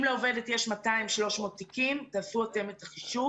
אם לעובדת יש 300-200 תיקים, תעשו אתם את החישוב